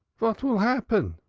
vat vill happen?